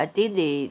I think they